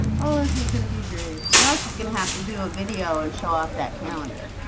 oh this is gonna be great, you know, she's gonna have to do a video and show off that calendar.